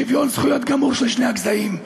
שוויון זכויות גמור של שני הגזעים,